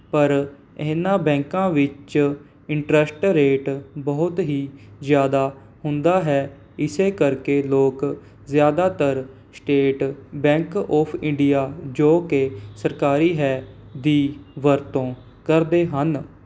ਪਰ ਇਹਨਾਂ ਬੈਂਕਾਂ ਵਿੱਚ ਇੰਟਰਸਟ ਰੇਟ ਬਹੁਤ ਹੀ ਜ਼ਿਆਦਾ ਹੁੰਦਾ ਹੈ ਇਸ ਕਰਕੇ ਲੋਕ ਜ਼ਿਆਦਾਤਰ ਸਟੇਟ ਬੈਂਕ ਔਫ ਇੰਡੀਆ ਜੋ ਕਿ ਸਰਕਾਰੀ ਹੈ ਦੀ ਵਰਤੋਂ ਕਰਦੇ ਹਨ